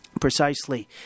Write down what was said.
Precisely